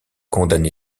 condamné